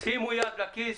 שימו יד בכיס,